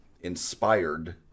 inspired